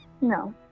No